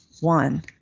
one